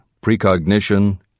Precognition